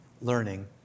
Learning